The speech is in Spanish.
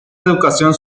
educación